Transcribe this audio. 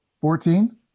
Fourteen